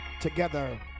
together